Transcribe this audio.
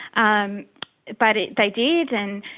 um but they did and